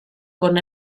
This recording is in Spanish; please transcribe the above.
con